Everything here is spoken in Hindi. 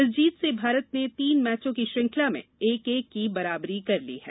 इस जीत से भारत ने तीन मैचों की श्रंखला में एक एक की बराबरी कर ली है